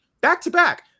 Back-to-back